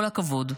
כל הכבוד.